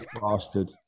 bastard